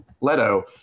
Leto